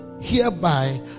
Hereby